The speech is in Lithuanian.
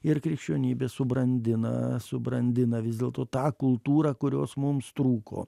ir krikščionybė subrandina subrandina vis dėlto tą kultūrą kurios mums trūko